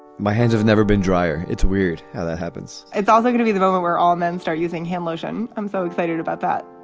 my hands have never been drier. it's weird how that happens. it's also going to be the moment where all men start using hand lotion. i'm so excited about that.